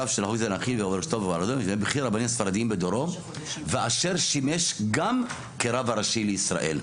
"ואשר שימש גם כרב הראשי לישראל".